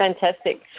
fantastic